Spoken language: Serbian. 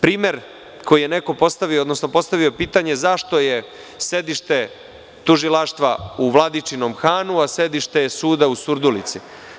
Primer, koji je neko postavio, odnosno postavio pitanje – zašto je sedište tužilaštva u Vladičinom Hanu, a sedište suda u Surdulici?